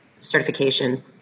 certification